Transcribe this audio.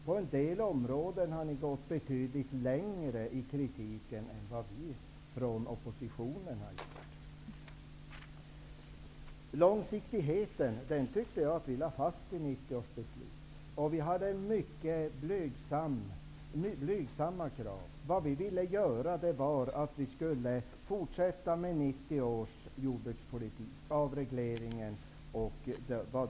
På en del områden har ni gått betydligt längre i kritiken än vad vi från oppositionen har gjort. Jag tyckte att vi lade fast långsiktigheten i 1990 års beslut. Vi hade mycket blygsamma krav. Vi ville fortsätta med jordbrukspolitiken enligt 1990 års beslut och se vad avregleringen innebar.